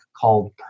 called